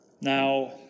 Now